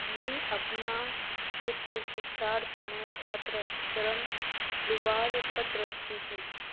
मुई अपना उच्च शिक्षार तने छात्र ऋण लुबार पत्र छि कि?